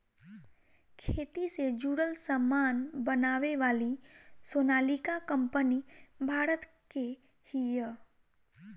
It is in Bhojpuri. खेती से जुड़ल सामान बनावे वाली सोनालिका कंपनी भारत के हिय